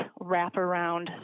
wraparound